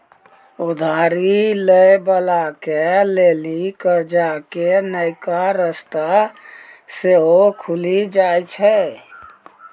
उधारी लै बाला के लेली कर्जा के नयका रस्ता सेहो खुलि जाय छै